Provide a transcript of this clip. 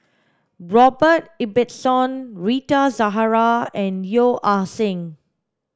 Robert Ibbetson Rita Zahara and Yeo Ah Seng